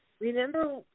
Remember